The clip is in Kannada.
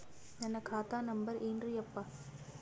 ನನ್ನ ಖಾತಾ ನಂಬರ್ ಏನ್ರೀ ಯಪ್ಪಾ?